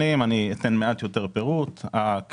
אתן מעט יותר פירוט על לוחות הזמנים,